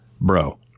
bro